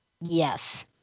Yes